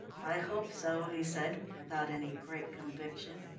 i hope so, he said without any great conviction.